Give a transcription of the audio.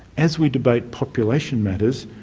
as we debate population matters,